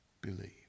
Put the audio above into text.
believe